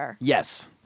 Yes